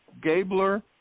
Gabler